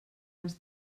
les